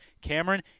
Cameron